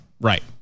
Right